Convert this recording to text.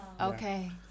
Okay